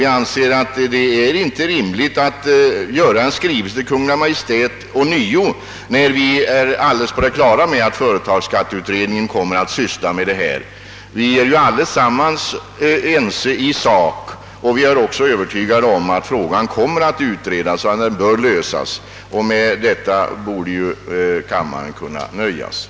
Vi anser att det inte är rimligt att skriva till Kungl. Maj:t ånyo, när vi är helt på det klara med att företagsskatteutredningen kommer att syssla med detta problem. Vi är ju alla ense i sak, och vi är också övertygade om att frågan kommer att utredas. Med detta borde kammaren kunna nöja sig.